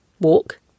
Walk